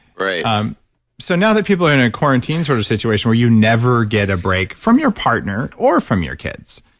right um so now that people are in a quarantine sort of situation where you never get a break from your partner or from your kids,